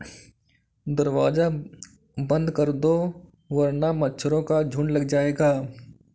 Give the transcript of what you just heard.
दरवाज़ा बंद कर दो वरना मच्छरों का झुंड लग जाएगा